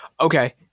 Okay